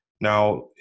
Now